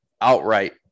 outright